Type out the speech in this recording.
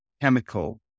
chemical